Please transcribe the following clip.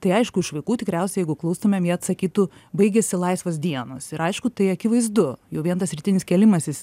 tai aišku iš vaikų tikriausiai jeigu klaustumėm jie atsakytų baigėsi laisvos dienos ir aišku tai akivaizdu jau vien tas rytinis kėlimasis